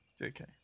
JK